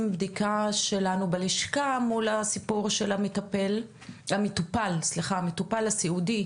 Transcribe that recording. בדיקה שלנו בלשכה מול הסיפור של המטופל הסיעודי